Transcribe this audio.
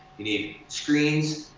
you need screens,